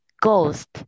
Ghost